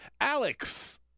Alex